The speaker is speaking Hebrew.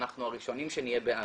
אנחנו הראשונים שנהיה בעד.